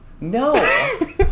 No